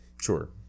Sure